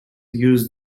used